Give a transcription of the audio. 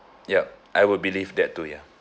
yup I will believe that too ya